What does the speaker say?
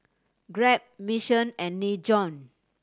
Grab Mission and Nin Jiom